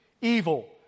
evil